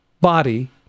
body